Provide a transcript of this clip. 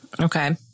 Okay